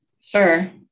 Sure